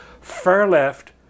far-left